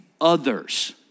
others